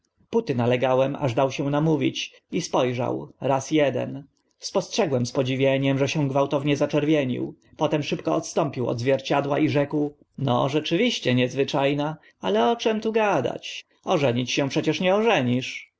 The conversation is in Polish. póty nalegałem aż dał się namówić i spo rzał raz eden spostrzegłem z podziwieniem że się gwałtownie zaczerwienił potem szybko odstąpił od zwierciadła i rzekł no rzeczywiście niezwycza na ale o czym tu gadać ożenić się przecie nie